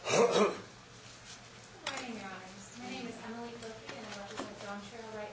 oh right right